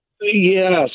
Yes